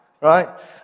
Right